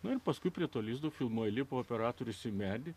nori paskui prie to lizdo filmuoti klipo operatorius medį